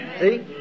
See